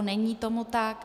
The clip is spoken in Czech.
Není tomu tak.